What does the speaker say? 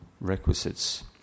requisites